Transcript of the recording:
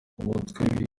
umutwe